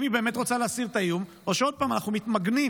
אם היא באמת רוצה להסיר את האיום או שעוד פעם אנחנו מתמגנים.